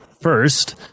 First